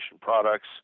products